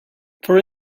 for